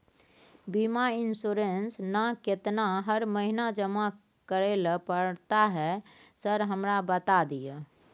बीमा इन्सुरेंस ना केतना हर महीना जमा करैले पड़ता है सर हमरा बता दिय?